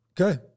okay